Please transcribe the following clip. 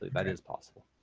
that is possible.